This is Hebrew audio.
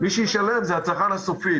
מי שישלם הוא הצרכן הסופי.